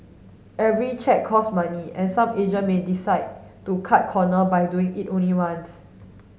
every check cost money and some agent may decide to cut corner by doing it only once